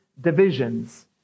divisions